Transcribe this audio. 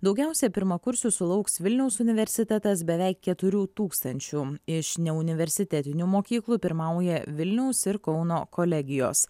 daugiausia pirmakursių sulauks vilniaus universitetas beveik keturių tūkstančių iš neuniversitetinių mokyklų pirmauja vilniaus ir kauno kolegijos